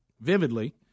vividly